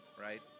right